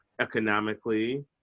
economically